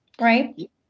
right